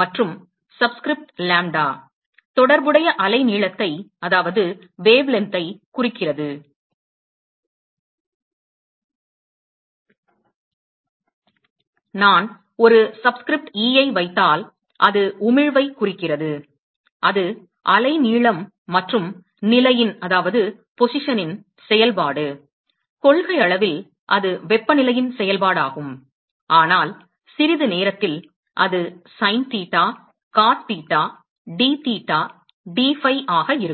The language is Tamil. மற்றும் சப்ஸ்கிரிப்ட் லாம்ப்டா தொடர்புடைய அலைநீளத்தைக் குறிக்கிறது நான் ஒரு சப்ஸ்கிரிப்ட் e ஐ வைத்தால் அது உமிழ்வைக் குறிக்கிறது அது அலைநீளம் மற்றும் நிலையின் செயல்பாடு கொள்கையளவில் இது வெப்பநிலையின் செயல்பாடாகும் ஆனால் சிறிது நேரத்தில் அது sine theta cos theta d theta d phi ஆக இருக்கும்